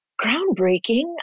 groundbreaking